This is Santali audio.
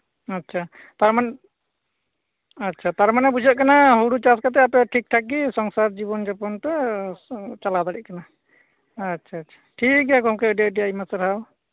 ᱟᱪᱪᱷᱟ ᱛᱟᱨᱢᱟᱱᱮ ᱟᱪᱪᱷᱟ ᱛᱟᱨᱢᱟᱱᱮ ᱵᱩᱡᱷᱟᱹᱜ ᱠᱟᱱᱟ ᱦᱳᱲᱳ ᱪᱟᱥ ᱠᱟᱛᱮᱜ ᱟᱯᱮ ᱴᱷᱤᱠ ᱴᱷᱟᱠᱜᱤ ᱥᱚᱝᱥᱟᱨ ᱡᱤᱵᱚᱱ ᱡᱟᱯᱚᱱ ᱯᱮ ᱪᱟᱞᱟᱣ ᱫᱟᱲᱤᱜ ᱠᱟᱱᱟ ᱟᱪᱪᱷᱟ ᱟᱪᱪᱷᱟ ᱴᱷᱤᱠᱜᱮᱭᱟ ᱜᱚᱢᱠᱮ ᱟᱹᱰᱤ ᱟᱹᱰᱤ ᱟᱭᱢᱟ ᱥᱟᱨᱦᱟᱣ